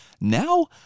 Now